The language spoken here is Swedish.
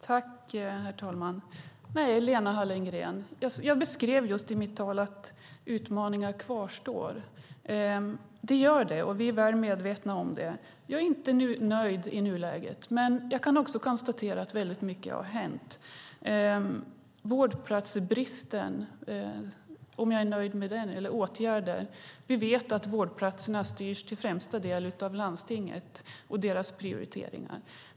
Herr talman! Nej, Lena Hallengren, jag beskrev just i mitt anförande att utmaningar kvarstår. Det är vi väl medvetna om. Jag är inte nöjd i nuläget, men jag kan också konstatera att väldigt mycket har hänt. Är jag nöjd med vårdplatsbristen och åtgärderna? Vi vet att vårdplatserna till främsta delen styrs av landstinget och deras prioriteringar.